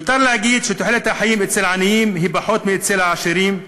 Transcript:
מיותר להגיד שתוחלת החיים של העניים היא פחות מאשר של העשירים,